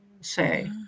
say